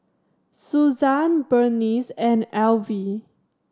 Suzann Burnice and Alvie